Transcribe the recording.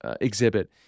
exhibit